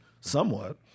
somewhat